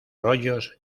rollos